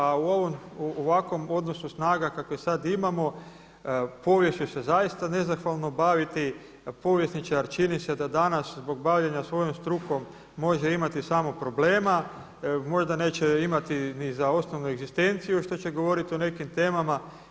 A u ovom, ovakvom odnosu snaga kakve sada imamo, povijest će se zaista nezahvalno baviti, povjesničar čini se da danas zbog bavljenja svojom strukom može imati samo problema, možda neće imati ni za osnovnu egzistenciju što će govoriti o nekim temama.